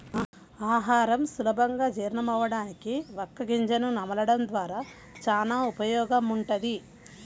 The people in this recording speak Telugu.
ఆహారం సులభంగా జీర్ణమవ్వడానికి వక్క గింజను నమలడం ద్వారా చానా ఉపయోగముంటది